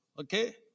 Okay